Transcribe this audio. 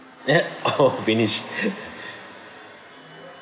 eh oh finish